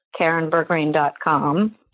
karenbergreen.com